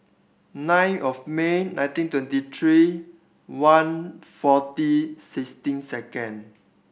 nine of May nineteen twenty three one forty sixteen second